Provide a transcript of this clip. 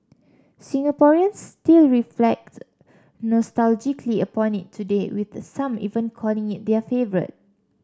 Singaporeans still reflect nostalgically upon it today with some even calling it their favourite